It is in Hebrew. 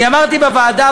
אני אמרתי בוועדה,